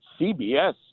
CBS